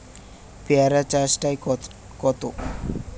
পেয়ারা চার টায় কত?